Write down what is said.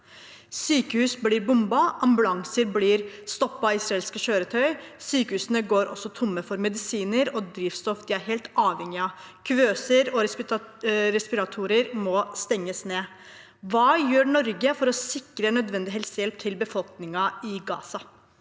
Sykehus blir bombet. Ambulanser blir stoppet av israelske krigskjøretøy. Sykehusene går også tomme for medisiner og drivstoff de er helt avhengige av. Kuvøser og respiratorer må stenges ned. Hva gjør Norge for å sikre nødvendig helsehjelp til befolkningen i Gaza?»